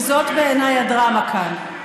וזאת בעיניי הדרמה כאן: